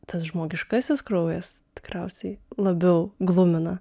tas žmogiškasis kraujas tikriausiai labiau glumina